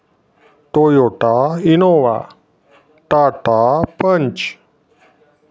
Toyota Innova Tata Panch